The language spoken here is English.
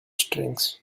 strings